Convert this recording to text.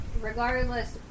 regardless